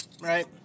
Right